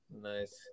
nice